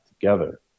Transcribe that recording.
together